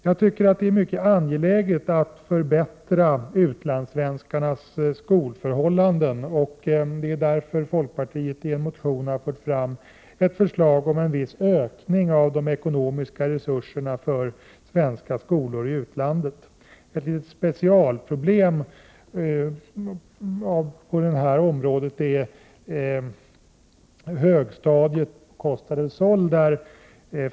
Jag tycker att det är mycket angeläget att förbättra utlandssvenskarnas skolförhållanden. Det är därför folkpartiet i en motion har fört fram ett förslag om en viss ökning av de ekonomiska resurserna för svenska skolor i utlandet. Ett litet specialproblem på det här området är högstadiet på Costa del Sol.